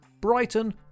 Brighton